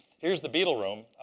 here's the beetle room.